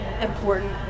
important